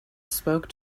spoke